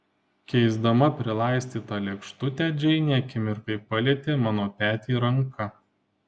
keisdama prilaistytą lėkštutę džeinė akimirkai palietė mano petį ranka